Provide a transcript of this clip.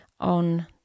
on